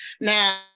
now